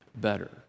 better